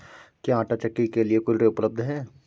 क्या आंटा चक्की के लिए कोई ऋण उपलब्ध है?